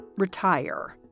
Retire